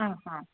ಹಾಂ ಹಾಂ